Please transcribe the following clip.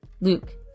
Luke